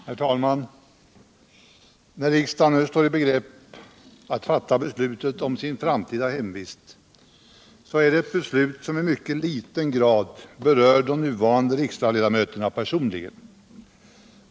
Herr talman! När riksdagen nu står i begrepp att fatta beslutet om sitt framtida hemvist, så är det ett beslut som i mycket liten grad berör de nuvarande riksdagsledamöterna personligen.